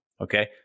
Okay